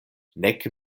nek